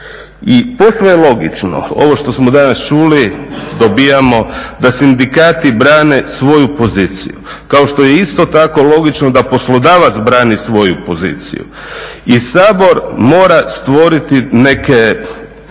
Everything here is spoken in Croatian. I posve je logično, ovo što smo danas čuli, dobivamo da sindikati brane svoju poziciju, kao što je isto tako logično da poslodavac brani svoju poziciju i Sabor mora stvoriti neke